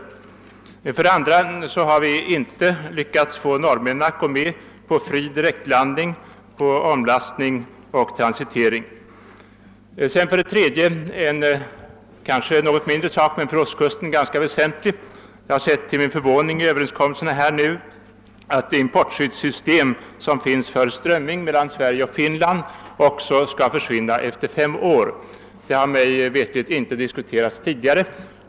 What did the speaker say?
Det var det första. För det andra har vi inte lyckats få norrmännen att gå med på fri omlastning och transitering av fisk. För det tredje — det kan synas vara en mindre sak, men för ostkustens fiskare är den rätt väsentlig — har jag till min förvåning sett att överenskommelserna mellan Sverige och Finland om importskyddssystem för strömming också skall iörsvinna efter fem år. Den saken har mig veterligt inte diskuterats tidigare.